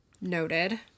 Noted